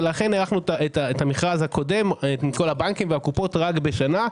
ולכן הארכנו את המכרז הקודם עם כל הבנקים ועם הקופות רק בשנה.